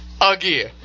Again